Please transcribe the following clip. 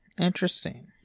interesting